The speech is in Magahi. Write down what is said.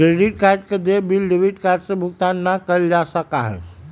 क्रेडिट कार्ड के देय बिल डेबिट कार्ड से भुगतान ना कइल जा सका हई